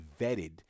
vetted